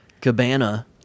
Cabana